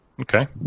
Okay